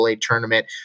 tournament